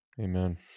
Amen